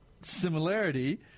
similarity